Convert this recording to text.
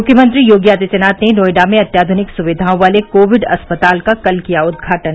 म्ख्यमंत्री योगी आदित्यनाथ ने नोएडा में अत्याध्निक सुविधाओं वाले कोविड अस्पताल का कल किया उद्घाटन